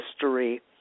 history